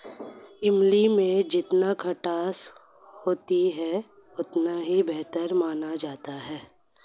इमली में जितना खटास होता है इतनी ही बेहतर मानी जाती है